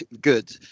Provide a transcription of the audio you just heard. good